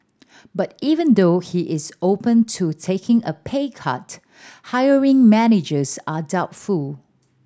but even though he is open to taking a pay cut hiring managers are doubtful